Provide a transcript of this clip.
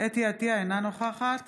אתי עטייה, אינה נוכחת